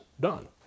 done